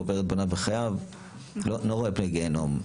הקובר את בניו בחייו לא רואה פני גיהינום,